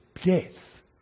death